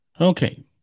Okay